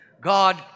God